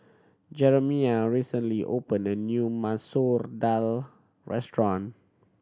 Jerimiah recently opened a new Masoor Dal restaurant